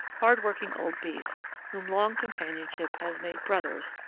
hard-working old beasts whom long companionship has made brothers,